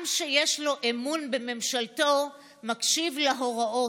עם שיש לו אמון בממשלתו מקשיב להוראות,